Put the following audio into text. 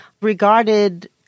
regarded